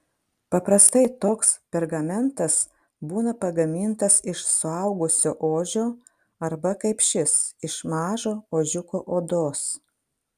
paprastai toks pergamentas būna pagamintas iš suaugusio ožio arba kaip šis iš mažo ožiuko odos